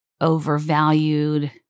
overvalued